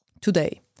today